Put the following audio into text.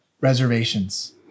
reservations